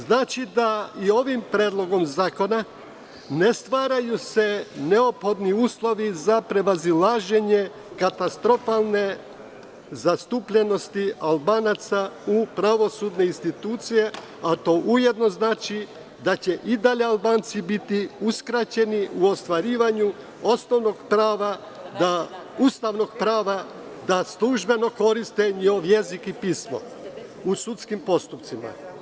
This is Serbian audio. Znači, da i ovim Predlogom zakona ne stvaraju se neophodni uslovi za prevazilaženje katastrofalne zastupljenosti Albanaca u pravosudnim institucijama, a to ujedno znači da će i dalje Albanci biti uskraćeni u ostvarivanju osnovnog prava, Ustavnog prava da službeno koriste njihov jezik i pismo u sudskim postupcima.